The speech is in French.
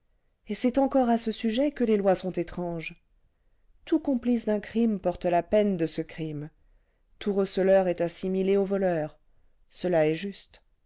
et c'est encore à ce sujet que les lois sont étranges tout complice d'un crime porte la peine de ce crime tout receleur est assimilé au voleur cela est juste